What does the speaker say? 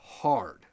hard